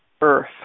Earth